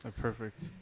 Perfect